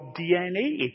DNA